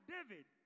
David